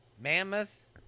Mammoth